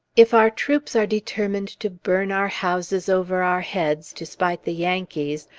if our troops are determined to burn our houses over our heads to spite the yankees,